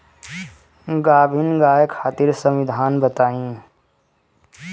गाभिन गाय खातिर सावधानी बताई?